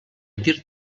dir